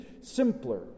simpler